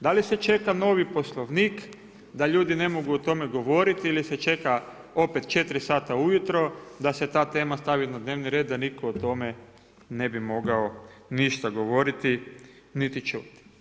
Da li se čeka novi Poslovnik da ljudi ne mogu o tome govoriti, ili se čeka opet 4 sata ujutro da se ta tema stavi na dnevni red da nitko o tome ne bi mogao ništa govoriti niti čuti?